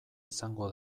izango